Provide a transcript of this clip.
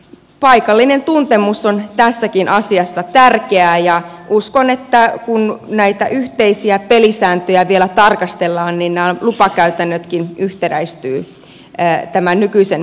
paikallinen tuntemus on tässäkin asiassa tärkeää ja uskon että kun näitä yhteisiä pelisääntöjä vielä tarkastellaan niin nämä lupakäytännötkin yhtenäistyvät tämän nykyisen käytännön mukaisesti